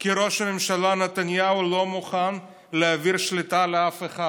כי ראש הממשלה נתניהו לא מוכן להעביר שליטה לאף אחד.